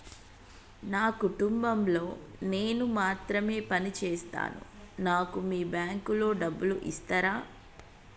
నా కుటుంబం లో నేను మాత్రమే పని చేస్తాను నాకు మీ బ్యాంకు లో డబ్బులు ఇస్తరా?